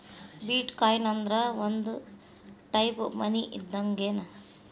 ಬಿಟ್ coin ಅಂದ್ರ ಒಂದ type money ಇದ್ದಂಗ್ಗೆನ್